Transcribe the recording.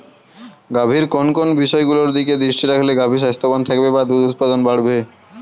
গাভীর কোন কোন বিষয়গুলোর দিকে দৃষ্টি রাখলে গাভী স্বাস্থ্যবান থাকবে বা দুধ উৎপাদন বাড়বে?